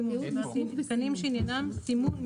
"תקנים שעניינם סימון,